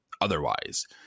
otherwise